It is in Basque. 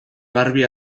garbi